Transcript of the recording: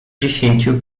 dziesięciu